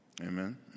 Amen